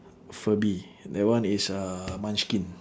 furby that one is uh munchkin